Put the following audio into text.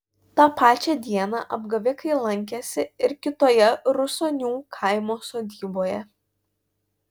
tą pačią dieną apgavikai lankėsi ir kitoje rusonių kaimo sodyboje